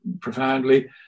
profoundly